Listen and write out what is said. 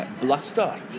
Bluster